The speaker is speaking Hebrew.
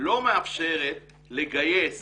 לא מאפשרת לגייס